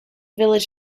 village